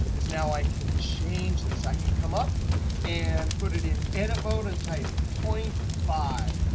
is now i can change this. i can come up and put it in edit mode and type point five.